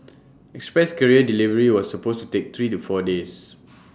express courier delivery was supposed to take three to four days